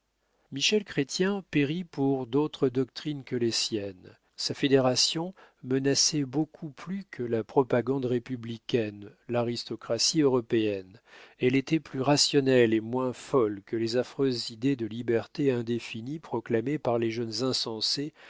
michel chrestien périt pour d'autres doctrines que les siennes sa fédération menaçait beaucoup plus que la propagande républicaine l'aristocratie européenne elle était plus rationnelle et moins folle que les affreuses idées de liberté indéfinie proclamées par les jeunes insensés